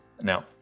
Now